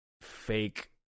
fake –